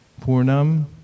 Purnam